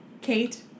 Kate